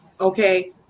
okay